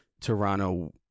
Toronto